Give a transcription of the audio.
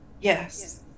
Yes